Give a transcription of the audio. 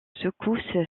secousses